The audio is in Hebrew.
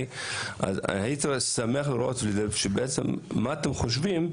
הייתי שמח לראות מה אתם חושבים,